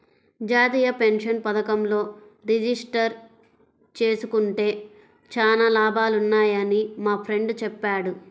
జాతీయ పెన్షన్ పథకంలో రిజిస్టర్ జేసుకుంటే చానా లాభాలున్నయ్యని మా ఫ్రెండు చెప్పాడు